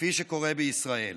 כפי שקורה בישראל.